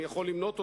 ואני יכול למנות: